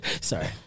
Sorry